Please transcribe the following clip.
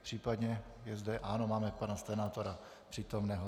Případně je zde... ano, máme pana senátora přítomného.